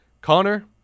Connor